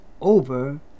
over